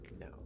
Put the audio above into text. No